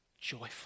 joyful